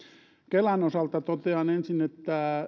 kelan osalta totean ensin että